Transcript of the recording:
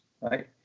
right